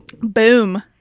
Boom